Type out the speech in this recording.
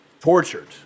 tortured